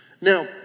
Now